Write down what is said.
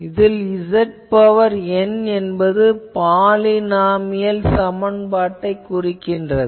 இதில் Zn என்பது பாலினாமியல் சமன்பாட்டைக் குறிக்கிறது